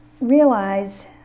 realize